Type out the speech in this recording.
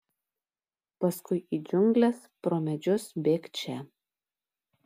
paskui į džiungles pro medžius bėgčia